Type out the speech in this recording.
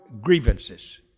grievances